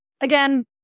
again